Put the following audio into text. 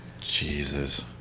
Jesus